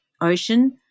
ocean